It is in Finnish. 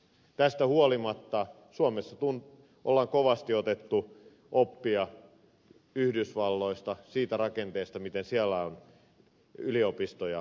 tästä huolimatta suomessa on kovasti otettu oppia yhdysvalloista siitä rakenteesta miten siellä on yliopistoja hallinnoitu